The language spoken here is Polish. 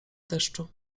deszczu